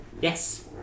yes